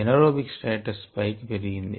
anaerobic status పైకి పెరిగింది